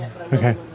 Okay